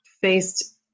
faced